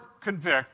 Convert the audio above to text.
convict